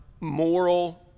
moral